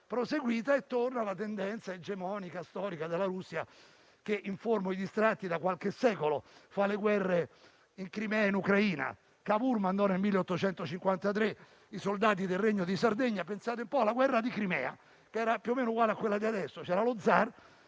proseguita e torna la tendenza egemonica storica della Russia che - informo i distratti - da qualche secolo fa le guerre in Crimea e in Ucraina. Cavour mandò nel 1853 i soldati del Regno di Sardegna - pensate un po' - alla guerra di Crimea, che era più o meno uguale a quella di adesso; c'era lo zar